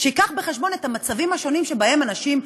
שיביא בחשבון את המצבים השונים שבהם אנשים נמצאים.